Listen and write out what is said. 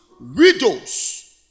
widows